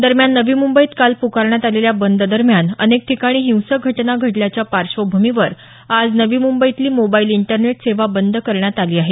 दरम्यान नवी मुंबईत काल प्रकारण्यात आलेल्या बंद दरम्यान अनेक ठिकाणी हिंसक घटना घडल्याच्या पार्श्वभूमीवर आज नवी मुंबईतली मोबाईल इंटरनेट सेवा बंद करण्यात आली आहे